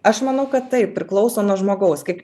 aš manau kad taip priklauso nuo žmogaus kaip